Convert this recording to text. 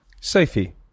Sophie